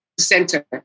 center